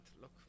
look